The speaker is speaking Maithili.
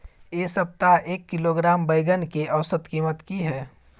ऐ सप्ताह एक किलोग्राम बैंगन के औसत कीमत कि हय?